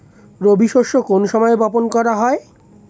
রবি শস্য কোন সময় বপন করা হয়?